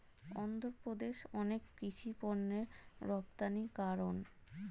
অন্ধ্রপ্রদেশ অনেক কৃষি পণ্যের রপ্তানিকারক